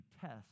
test